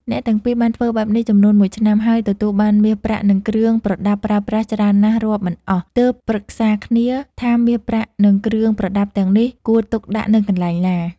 អ្នកទាំងពីរបានធ្វើបែបនេះចំនួនមួយឆ្នាំ ហើយទទួលបានមាសប្រាក់និងគ្រឿងប្រដាប់ប្រើប្រាស់ច្រើនណាស់រាប់មិនអស់ ទើបប្រឹក្សាគ្នាថាមាសប្រាក់និងគ្រឿងប្រដាប់ទាំងនេះ គួរទុកដាក់នៅកន្លែងណា។